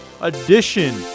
edition